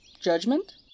Judgment